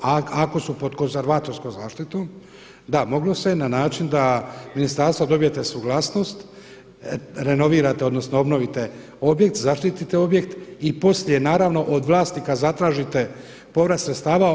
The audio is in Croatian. A ako su pod konzervatorskom zaštitom, da moglo se je na način da iz ministarstva dobijete suglasnost, renovirate, odnosno obnovite objekt, zaštitite objekt i poslije naravno od vlasnika zatražite povrat sredstava.